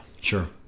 Sure